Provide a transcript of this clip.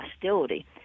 hostility